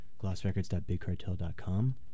glossrecords.bigcartel.com